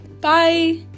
Bye